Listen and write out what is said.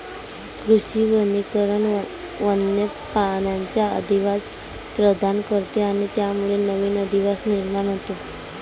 कृषी वनीकरण वन्य प्राण्यांना अधिवास प्रदान करते आणि त्यामुळे नवीन अधिवास निर्माण होतो